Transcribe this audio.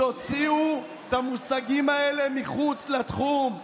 תוציאו את המושגים האלה מחוץ לתחום.